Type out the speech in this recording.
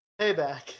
Payback